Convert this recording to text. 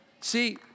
See